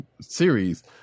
series